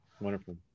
Wonderful